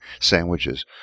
sandwiches